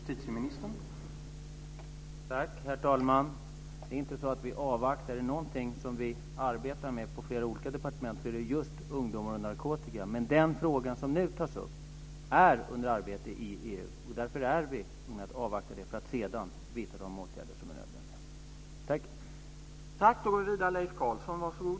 Herr talman! Det är inte så att vi avvaktar. Är det någonting som vi arbetar med på flera olika departement så är det just ungdomar och narkotika. Men frågan som nu tas upp är under arbete i EU. Därför är vi tvungna att avvakta det för att sedan vidta de åtgärder som är nödvändiga.